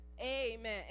amen